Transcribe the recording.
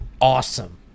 awesome